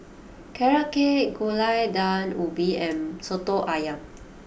Carrot Cake Gulai Daun Ubi and Soto Ayam